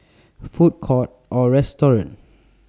Food Courts Or restaurants